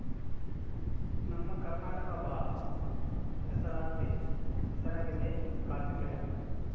ನಮ್ಮ ಕರ್ನಾಟಕ ಬಾಳ ಹೆಸರಾಗೆತೆ ಕಾಪಿ ಬೆಳೆಕ